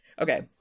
okay